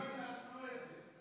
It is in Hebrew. שלא ינצלו את זה,